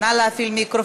הצעת החוק לא עברה.